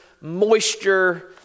moisture